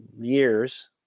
years